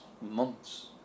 months